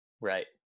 right